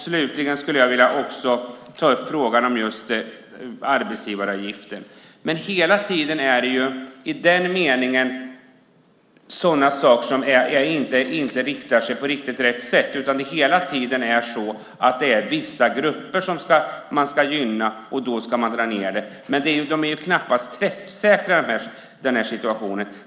Slutligen vill jag ta upp frågan om arbetsgivaravgiften. Hela tiden är detta i den meningen saker som inte riktar sig på riktigt rätt sätt. Det blir hela tiden vissa grupper man ska gynna, och då drar man ned det hela. Men situationen blir knappast träffsäker.